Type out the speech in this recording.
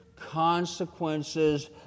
consequences